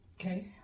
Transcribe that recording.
Okay